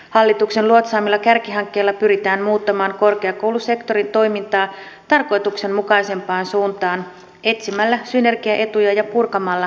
hallituksen luotsaamilla kärkihankkeilla pyritään muuttamaan korkeakoulusektorin toimintaa tarkoituksenmukaisempaan suuntaan etsimällä synergiaetuja ja purkamalla päällekkäisyyksiä